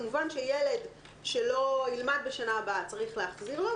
כמובן שילד שלא ילמד בשנה הבאה צריך להחזיר לו,